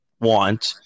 want